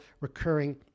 recurring